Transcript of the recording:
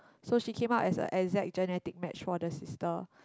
so she came out as a exact genetic match for her sister